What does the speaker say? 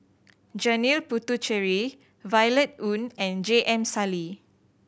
Janil Puthucheary Violet Oon and J M Sali